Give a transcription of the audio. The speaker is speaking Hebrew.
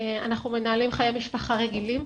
אנחנו מנהלים חיי משפחה רגילים.